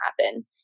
happen